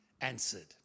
answered